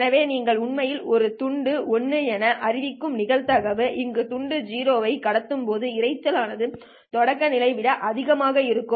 எனவே நீங்கள் உண்மையில் ஒருதுண்டு 1 என அறிவிக்கும் நிகழ்தகவு நீங்கள் துண்டு 0 ஐ கடத்தும் போது இரைச்சல் ஆனது தொடக்கநிலை விட அதிகமாக இருக்கும்